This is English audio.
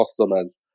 customers